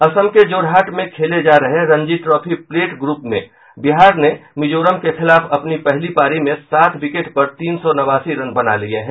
असम के जोरहाट में खेले जा रहे रणजी ट्रॉफी प्लेट ग्र्प में बिहार ने मिजोरम के खिलाफ अपनी पहली पारी में सात विकेट पर तीन सौ नवासी रन बना लिये हैं